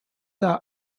are